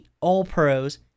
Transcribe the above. All-Pros